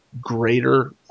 greater